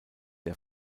der